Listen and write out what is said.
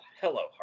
hello